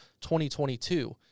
2022